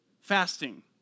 fasting